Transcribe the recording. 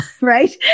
right